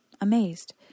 amazed